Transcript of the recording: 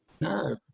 No